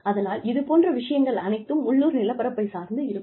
அதனால் இது போன்ற விஷயங்கள் அனைத்தும் உள்ளூர் நிலப்பரப்பை சார்ந்து இருக்கும்